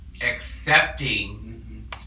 accepting